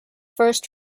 first